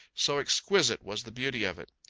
so exquisite was the beauty of it.